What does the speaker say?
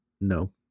no